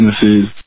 businesses